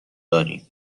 داریم